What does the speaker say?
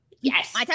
yes